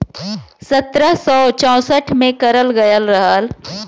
सत्रह सौ चौंसठ में करल गयल रहल